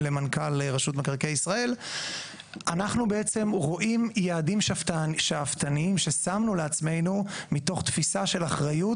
אנחנו בעצם רואים יעדים שאפתניים ששמנו לעצמנו מתוך תפיסה של אחריות,